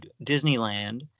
disneyland